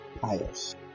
pious